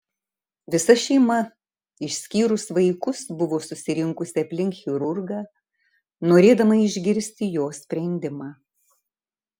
visa šeima išskyrus vaikus buvo susirinkusi aplink chirurgą norėdama išgirsti jo sprendimą